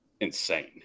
insane